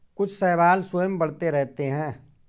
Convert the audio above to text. कुछ शैवाल स्वयं बढ़ते रहते हैं